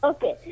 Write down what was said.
Okay